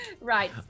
right